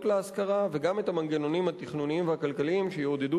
להשכרה וגם את המנגנונים התכנוניים והכלכליים שיעודדו